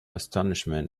astonishment